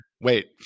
Wait